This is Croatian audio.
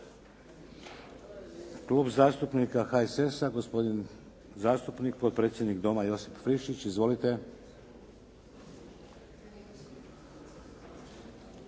Klub zastupnika HSS-a, gospodin zastupnik, potpredsjednik Doma Josip Friščić. Izvolite.